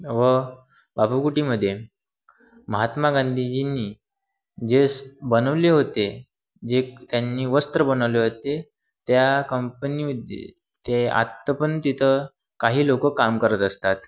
व बापू कुटीमध्ये महात्मा गांधीजींनी जे स बनवले होते जे त्यांनी वस्त्र बनवले होते त्या कंपनीमध्ये ते आत्ता पण तिथं काही लोक काम करत असतात